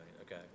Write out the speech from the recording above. Okay